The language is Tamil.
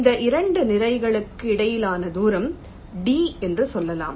இந்த இரண்டு நிறைகளுக் இடையிலான தூரம் d என்று சொல்லலாம்